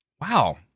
Wow